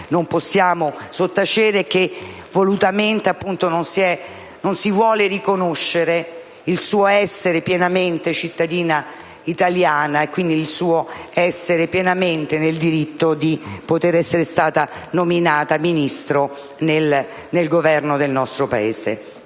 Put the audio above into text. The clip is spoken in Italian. non possiamo sottacere è che volutamente non si voglia riconoscere il suo essere pienamente cittadina italiana e quindi il suo pieno diritto di essere nominata Ministro nel Governo del nostro Paese.